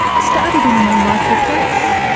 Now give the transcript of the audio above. started in an unlikely place.